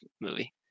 movie